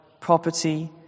property